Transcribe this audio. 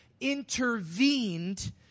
intervened